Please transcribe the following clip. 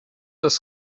das